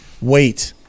wait